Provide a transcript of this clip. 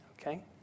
Okay